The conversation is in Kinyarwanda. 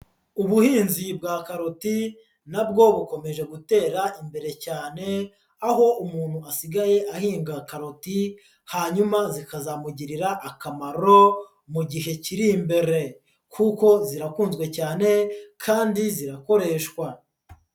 Ubuhinzi bwa karoti na bwo bukomeje gutera imbere cyane, aho umuntu asigaye ahinga karoti, hanyuma zikazamugirira akamaro mu gihe kiri imbere, kuko zirakunzwe cyane kandi zirakoreshwa.